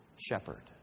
shepherd